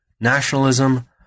nationalism